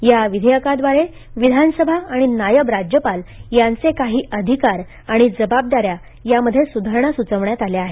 या विधेयकाद्वारे विधानसभा आणि नायब राज्यपाल यांचे काही अधिकार आणि जबाबदाऱ्या यामध्ये सुधारणा सुचविण्यात आल्या आहेत